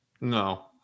No